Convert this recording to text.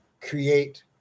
create